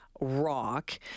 rock